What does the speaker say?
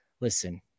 listen